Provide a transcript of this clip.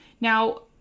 Now